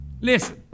listen